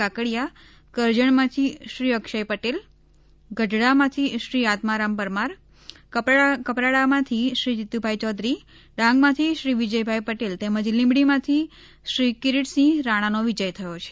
કાકડીયા કરજણમાંથી શ્રી અક્ષય પટેલ ગઢડામાંથી શ્રી આત્મારામ પરમાર કપરાડામાંથી શ્રી જીતુભાઇ ચૌધરી ડાંગમાંથી શ્રી વિજયભાઇ પટેલ તેમજ લિંબડીમાંથી શ્રી કિરિટસિંહ રાણાનો વિજય થયો છે